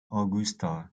augusta